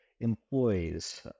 employees